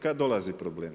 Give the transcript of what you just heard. Kada dolazi problem?